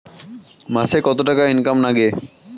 মাসে কত টাকা ইনকাম নাগে?